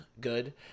good